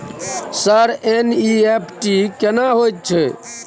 Sir NEFT केना होयत छै?